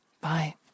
Bye